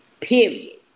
Period